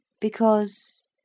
because